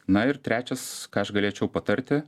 na ir trečias ką aš galėčiau patarti